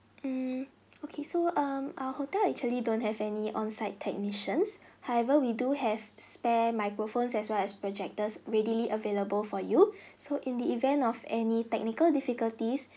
mm okay so um our hotel actually don't have any onsite technicians however we do have spare microphones as well as projectors readily available for you so in the event of any technical difficulties